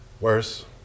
worse